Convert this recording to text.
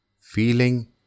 Feeling